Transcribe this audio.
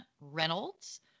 Reynolds